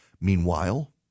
Meanwhile